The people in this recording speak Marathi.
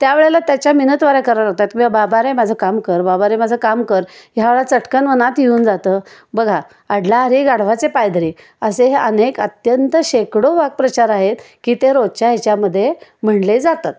त्या वेळेला त्याच्या मिनतवाऱ्या कराव्या लागतात किंवा बाबा रे माझं काम कर बाबा रे माझं काम कर ह्या वेळा चटकन मनात येऊन जातं बघा अडला हरी गाढवाचे पाय धरी असे हे अनेक अत्यंत शेकडो वाक्प्रचार आहेत की ते रोजच्या ह्याच्यामध्ये म्हटले जातात